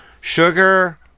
Sugar